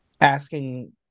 asking